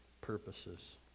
purposes